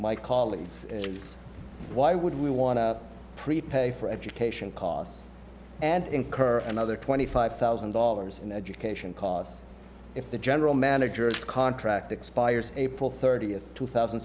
my colleagues is why would we want to prepay for education costs and incur another twenty five thousand dollars in education costs if the general manager is contract expires april thirtieth two thousand